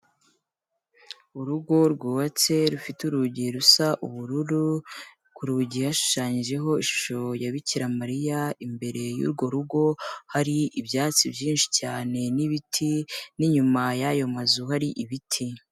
Urugo rwubatse rufite urugi rusa ubururu, ku rugi hashushanyijeho ishusho ya Bikira Mariya, imbere y'urwo rugo hari ibyatsi byinshi cyane n'ibiti, n'inyuma y'ayo mazu hari ibiti.